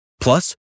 Plus